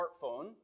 smartphone